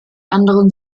anderen